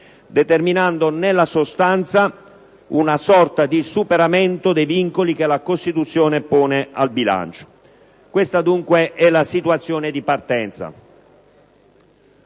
determinando nella sostanza una sorta di superamento dei vincoli che la Costituzione pone al bilancio. Questa dunque è la situazione di partenza.